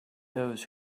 those